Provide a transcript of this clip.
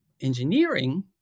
engineering